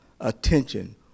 attention